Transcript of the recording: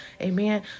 Amen